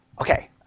okay